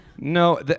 No